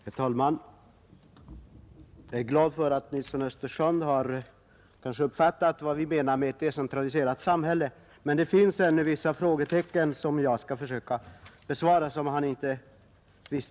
Herr talman! Jag är glad över att herr Nilsson i Östersund tycks ha uppfattat vad vi menar med ett decentraliserat samhälle. Men det fanns ännu kvar en del frågetecken, och jag skall försöka att förklara hur det ligger till.